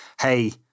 hey